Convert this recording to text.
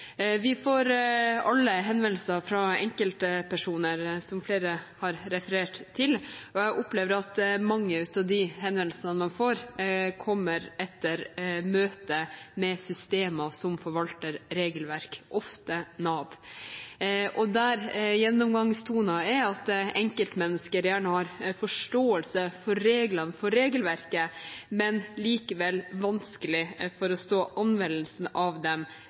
Vi får alle henvendelser fra enkeltpersoner, som flere har referert til, og jeg opplever at mange av de henvendelsene man får, kommer etter møte med et system som forvalter regelverk, ofte Nav. Gjennomgangstonen er at enkeltmennesker gjerne har forståelse for regelverket, men likevel vanskelig for å forstå anvendelsen av dem